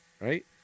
right